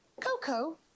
Coco